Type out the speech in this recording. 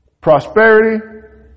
prosperity